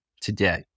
today